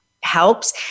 helps